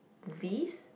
movies